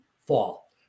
fall